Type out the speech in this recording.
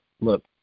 look